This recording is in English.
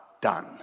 done